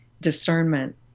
discernment